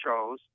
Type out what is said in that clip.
shows